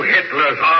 Hitler's